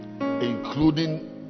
Including